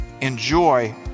Enjoy